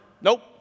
Nope